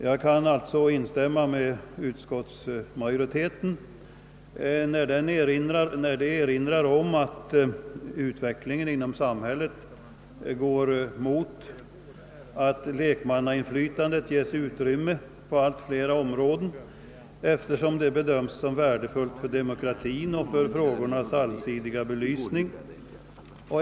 Jag kan alltså instämma med utskottsmajoriteten, då den erinrar om att utvecklingen inom samhället går mot att lekmannainflytandet ges utrymme på allt flera områden, eftersom det bedöms som värdefullt för demokratin och för frågornas allsidiga belysning.